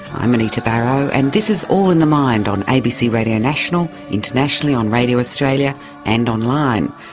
i'm anita barraud and this is all in the mind on abc radio national, internationally on radio australia and online.